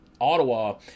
Ottawa